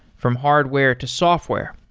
from hardware to software,